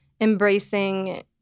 embracing